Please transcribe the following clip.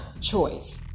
choice